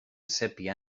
sépia